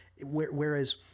Whereas